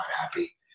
happy